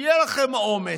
שיהיו לכם אומץ,